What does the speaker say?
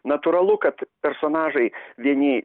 natūralu kad personažai vieni